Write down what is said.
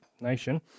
nation